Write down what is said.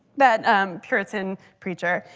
that puritan preacher,